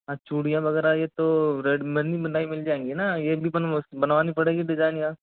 हाँ चूड़ियाँ वगैरह ये तो रेड बनी बनाई मिल जाएंगी न ये भी बन बनवानी पड़ेगी डिजाइन या